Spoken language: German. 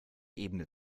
ebene